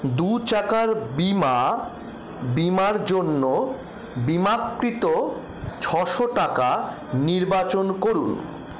দু চাকার বিমা বিমার জন্য বিমাকৃত ছশো টাকা নির্বাচন করুন